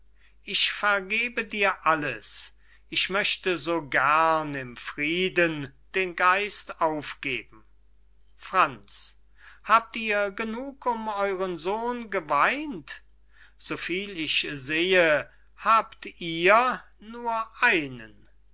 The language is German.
ich vergebe dir alles ich möchte so gern im frieden den geist aufgeben franz habt ihr genug um euren sohn geweint so viel ich sehe habt ihr nur einen